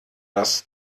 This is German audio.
das